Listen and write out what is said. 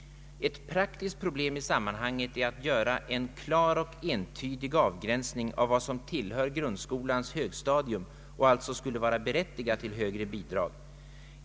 Ett praktiskt problem i sammanhanget är att göra en klar och entydig avgränsning av vad som tillhör grundskolans högstadium och alltså skulle vara berättigat till högre bidrag.